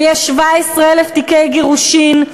ויש 17,000 תיקי גירושין,